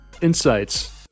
insights